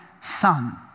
son